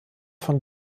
von